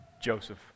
Joseph